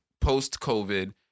post-COVID